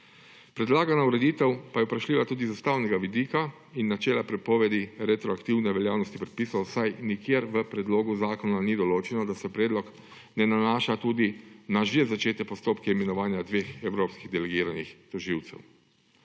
Predlagana ureditev pa je vprašljiva tudi z ustavnega vidika in načela prepovedi retroaktivne veljavnosti predpisov, saj nikjer v predlogu zakona ni določeno, da se predlog ne nanaša tudi na že začete postopke imenovanja dveh evropskih delegiranih tožilcev.